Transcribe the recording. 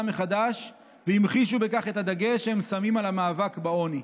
מחדש והמחישו בכך את הדגש שהם שמים על המאבק בעוני.